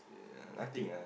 uh nothing ah